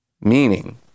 meaning